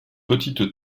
petite